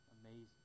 Amazing